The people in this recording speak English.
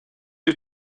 you